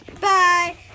bye